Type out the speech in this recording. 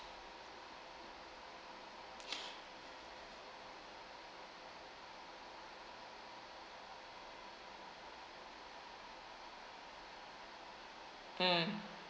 mm